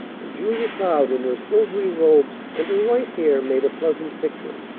and julia cloud in her silvery robes and her white hair made a pleasant picture.